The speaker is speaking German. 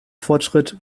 fortschritt